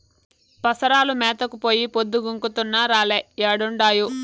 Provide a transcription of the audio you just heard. పసరాలు మేతకు పోయి పొద్దు గుంకుతున్నా రాలే ఏడుండాయో